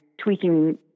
tweaking